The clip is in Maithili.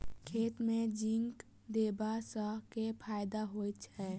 खेत मे जिंक देबा सँ केँ फायदा होइ छैय?